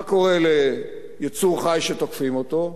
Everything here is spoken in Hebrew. מה קורה ליצור חי שתוקפים אותו?